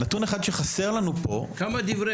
מדעי המוח פעם היה ערפל בתחום הבריאות והיום הוא מדע מדויק.